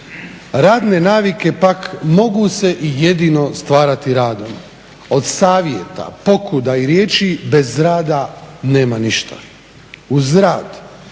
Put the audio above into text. Radne navike pak mogu se jedino stvarati radom, od savjeta, pokuda i riječi bez rada nema ništa. Uz rad